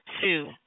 two